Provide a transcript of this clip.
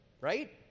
right